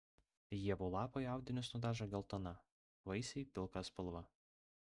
ievų lapai audinius nudažo geltona vaisiai pilka spalva